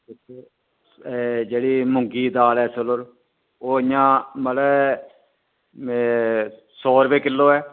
जेह्ड़ी मुंगी दी दाल ऐ ओह् इयां मतलब सौ रपे किलो ऐ